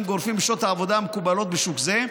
גורפים בשעות העבודה המקובלות בשוק זה,